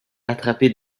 attrapée